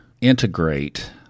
integrate